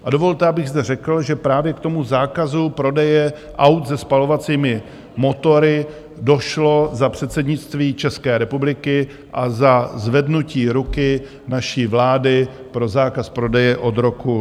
A dovolte, abych zde řekl, že právě k zákazu prodeje aut se spalovacími motory došlo za předsednictví České republiky a za zvednutí ruky naší vlády pro zákaz prodeje od roku 2035.